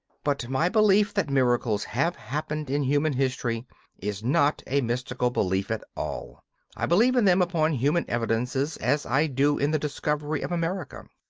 but my belief that miracles have happened in human history is not a mystical belief at all i believe in them upon human evidences as i do in the discovery of america.